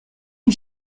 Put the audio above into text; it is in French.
est